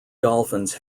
dolphins